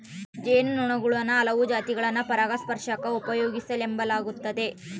ಜೇನು ನೊಣುಗುಳ ಹಲವು ಜಾತಿಗುಳ್ನ ಪರಾಗಸ್ಪರ್ಷಕ್ಕ ಉಪಯೋಗಿಸೆಂಬಲಾಗ್ತತೆ